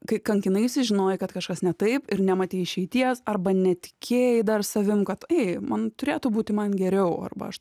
kai kankinaisi žinojai kad kažkas ne taip ir nematei išeities arba netikėjai dar savim kad ei man turėtų būti man geriau arba aš